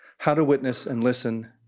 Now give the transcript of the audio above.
how to witness and listen,